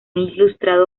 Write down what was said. ilustrados